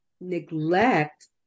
neglect